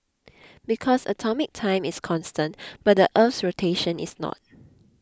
because atomic time is constant but the earth's rotation is not